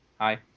Hi